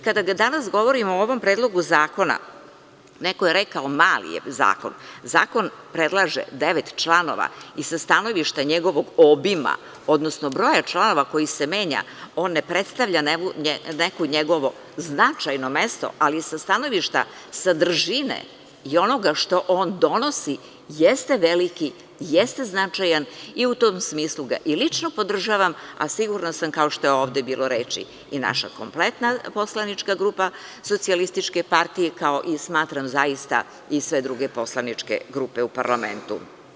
Kada danas govorimo o ovom predlogu zakona, neko je rekao – mali je zakon, zakon predlaže devet članova i sa stanovišta njegovog obima, odnosno broja članova koji se menjaju, on ne predstavlja neko njegovo značajno mesto, ali sa stanovišta sadržine i onoga što on donosi jeste veliki, jeste značajan i u tom smislu ga i lično podržavam, a sigurna sam, kao što je ovde bilo reči, i naša kompletna poslanička grupa SPS, kao, smatram zaista, i sve druge poslaničke grupe u parlamentu.